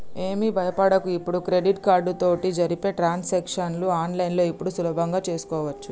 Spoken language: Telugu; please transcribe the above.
ఏమి భయపడకు ఇప్పుడు క్రెడిట్ కార్డు తోటి జరిపే ట్రాన్సాక్షన్స్ ని ఆన్లైన్లో ఇప్పుడు సులభంగా చేసుకోవచ్చు